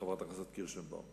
חברת הכנסת קירשנבאום,